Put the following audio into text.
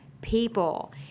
people